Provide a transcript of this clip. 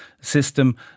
system